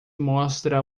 mostra